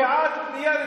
אני בעד בנייה רוויה.